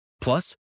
Plus